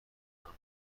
اما